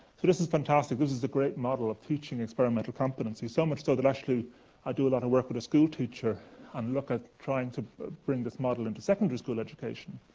so this is fantastic, this is a great model of teaching experimental competency. so much so that actually i do a lot with a schoolteacher and look at trying to bring this model into secondary school education.